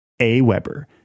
Aweber